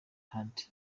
heard